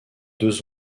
deux